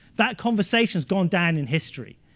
that conversation has gone down in history.